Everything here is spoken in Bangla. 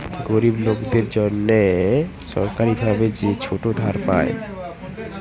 গরিব লোকদের জন্যে সরকারি ভাবে যে ছোট ধার পায়